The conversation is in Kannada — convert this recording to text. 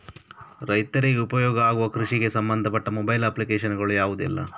ರೈತರಿಗೆ ಉಪಯೋಗ ಆಗುವ ಕೃಷಿಗೆ ಸಂಬಂಧಪಟ್ಟ ಮೊಬೈಲ್ ಅಪ್ಲಿಕೇಶನ್ ಗಳು ಯಾವುದೆಲ್ಲ?